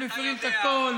הם מפירים את הכול.